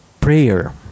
prayer